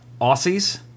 Aussies